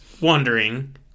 wondering